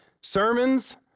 Sermons